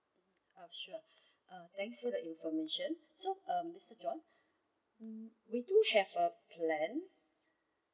uh sure uh thanks for the information so uh mister john mm we do have a plan